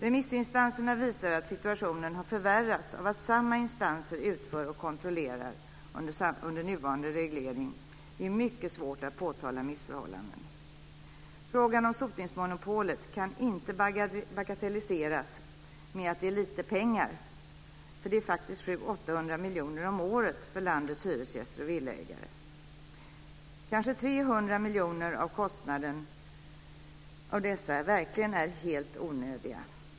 Remissinstanserna visar att situationen har förvärrats av att samma instanser utför och kontrollerar under nuvarande reglering. Det är mycket svårt att påtala missförhållanden. Frågan om sotningsmonopolet kan inte bagatelliseras med att det är lite pengar, för det är faktiskt 700-800 miljoner om året för landets hyresgäster och villaägare. Kanske 300 miljoner av dessa kostnader verkligen är helt onödiga.